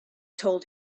told